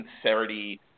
sincerity